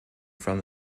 from